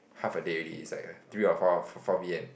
half a day already it's like three or four four p_m